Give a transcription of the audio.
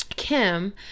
Kim